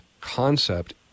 concept